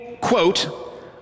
quote